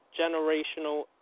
generational